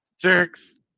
Jerks